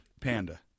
Panda